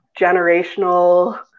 generational